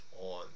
on